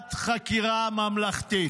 ועדת חקירה ממלכתית.